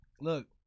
Look